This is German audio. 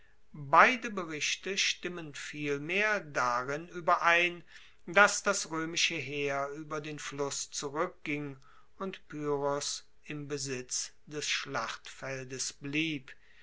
beide berichte stimmen vielmehr darin ueberein dass das roemische heer ueber den fluss zurueckging und pyrrhos im besitz des schlachtfeldes blieb